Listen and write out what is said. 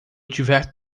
tiver